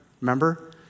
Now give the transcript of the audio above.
remember